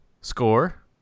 score